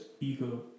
ego